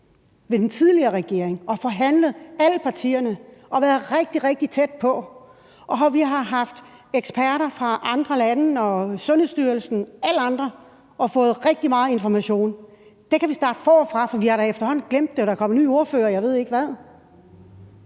under den tidligere regering og forhandlet og været rigtig, rigtig tæt på, og vi har også haft eksperter fra andre lande og Sundhedsstyrelsen inde, alle andre, og vi har fået rigtig meget information. Det kan vi starte forfra med, for vi har da efterhånden glemt det, og der er kommet ny ordfører, og jeg ved ikke hvad.